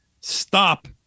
stop